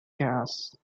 gas